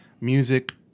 music